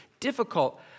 Difficult